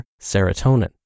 serotonin